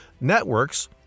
networks